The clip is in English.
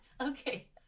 Okay